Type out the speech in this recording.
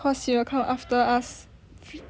cause you'll come after us